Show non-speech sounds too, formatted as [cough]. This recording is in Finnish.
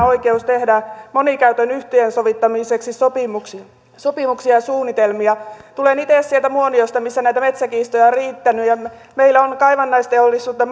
[unintelligible] oikeus tehdä monikäytön yhteensovittamiseksi sopimuksia sopimuksia ja suunnitelmia tulen itse sieltä muoniosta missä näitä metsäkiistoja on riittänyt meillä on kaivannaisteollisuutta [unintelligible]